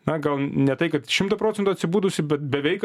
na gal ne tai kad šimtą procentų atsibudusi bet beveik